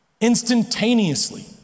Instantaneously